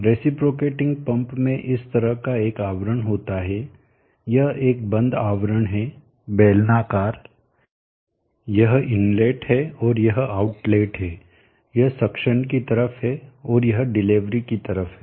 reciprocating pump में इस तरह का एक आवरण होता है यह एक बंद आवरण है बेलनाकार यह इनलेट है और यह आउटलेट है यह सक्शन की तरफ है और यह डिलीवरी की तरफ है